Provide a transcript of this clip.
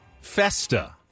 Festa